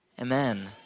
amen